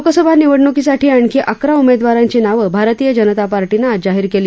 लोकसभा निवडणुकीतसाठी आणखी अकरा उमेदवारांची नावं भारतीय जनता पार्टीनं आज जाहीर केली